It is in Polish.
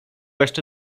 jeszcze